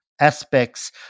aspects